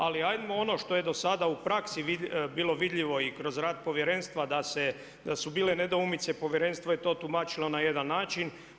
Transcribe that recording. Ali hajmo ono što je do sada u praksi bilo vidljivo i kroz rad povjerenstva da su bile nedoumice, povjerenstvo je to tumačilo na jedan način.